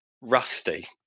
rusty